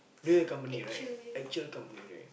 real company right actual company right